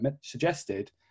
suggested